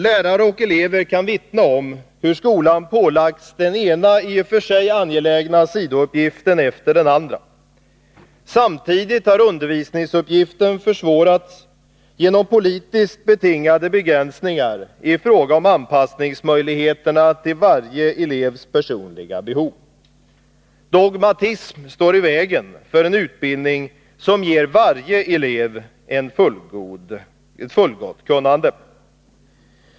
Lärare och elever kan vittna om hur skolan pålagts den ena i och för sig angelägna sidouppgiften efter den andra. Samtidigt har undervisningsuppgiften försvårats genom politiskt betingade begränsningar i fråga om anpassningsmöjligheterna till varje elevs personliga behov. Dogmatism står i vägen för en utbildning som ger varje elev ett fullgott kunnande.